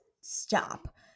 stop